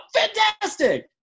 Fantastic